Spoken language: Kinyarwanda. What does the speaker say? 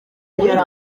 yari